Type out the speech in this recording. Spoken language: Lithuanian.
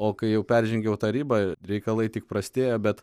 o kai jau peržengiau tą ribą reikalai tik prastėjo bet